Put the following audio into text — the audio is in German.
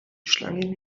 schlangen